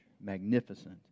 magnificent